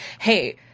hey